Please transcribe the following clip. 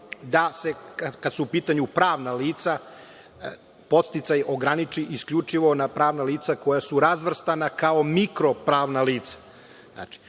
da kada su u pitanju pravna lica podsticaj ograniči isključivo na pravna lica koja su razvrstana kao mikropravna lica,